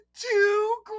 two